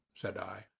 said i.